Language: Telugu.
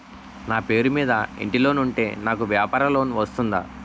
నా పేరు మీద ఇంటి లోన్ ఉంటే నాకు వ్యాపార లోన్ వస్తుందా?